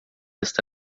esta